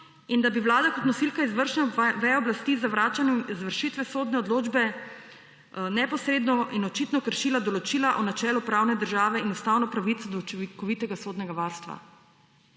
in da bi Vlada kot nosilka izvršne veje oblasti z zavračanjem izvršitve sodne odločbe neposredno in očitno kršila določila o načelu pravne države in ustavno pravico do učinkovitega sodnega varstva.